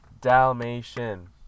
Dalmatian